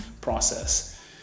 process